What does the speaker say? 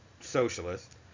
socialist